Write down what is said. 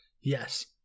Yes